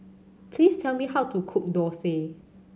please tell me how to cook Dosa